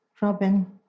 Robin